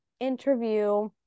interview